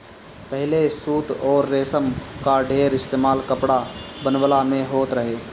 पहिले सूत अउरी रेशम कअ ढेर इस्तेमाल कपड़ा बनवला में होत रहे